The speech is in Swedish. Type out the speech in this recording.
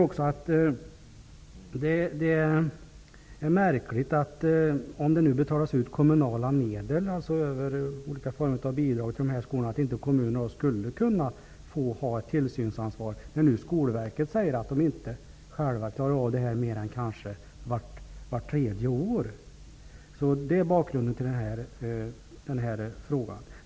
Om det nu betalas ut kommunala medel över olika former av bidrag till de här skolorna menar jag att det är märkligt att kommunerna inte kan få ha ett tillsynsansvar, när man inom Skolverket säger att man inte klarar av att göra en sådan tillsyn mer än kanske vart tredje år. Detta är bakgrunden till den ena av mina frågor.